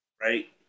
right